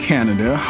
Canada